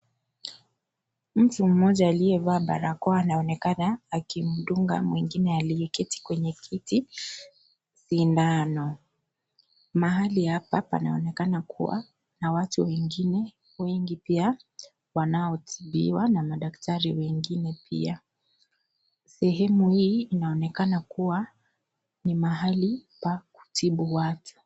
Mtu mmoja aliyevaa barakoa anaonekana akimdunga mwingine aliyeketi kwenye kiti sindano. Mahali hapa panaonekana kuwa na watu wengine wengi pia wanaotibiwa na madaktari wengine pia. Sehemu hii inaonekana kuwa ni mahali pa kutibu watu.